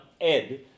ed